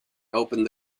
opened